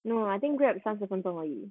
no I think Grab 三四分钟而已